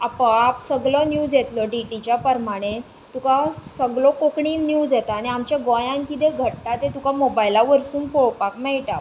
आपोआप सगलो न्यूज येतलो डेटीच्या परमाणे तुका सगलो कोंकणी न्यूज येता आनी आमच्या गोंयांत किदें घडटा तें तुका मोबायला वयरसून पळोवपाक मेळटा